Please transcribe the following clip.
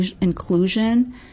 inclusion